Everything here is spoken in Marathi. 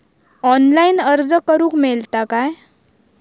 ऑनलाईन अर्ज करूक मेलता काय?